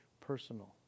personal